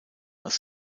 als